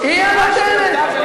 היא הנותנת.